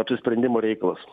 apsisprendimo reikalas